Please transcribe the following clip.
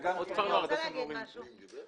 אני רוצה להגיד משהו.